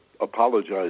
apologize